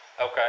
Okay